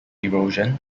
erosion